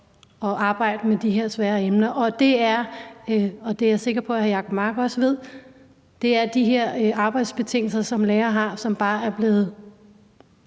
at arbejde med de her emner. Det er, og det er jeg sikker på at Jacob Mark også ved, de her arbejdsbetingelser, som lærere har, og som bare er blevet